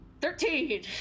Thirteen